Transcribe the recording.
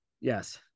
Yes